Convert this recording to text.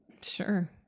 Sure